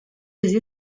des